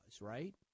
right